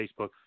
Facebook